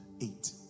eight